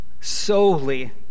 solely